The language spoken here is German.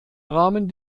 rahmen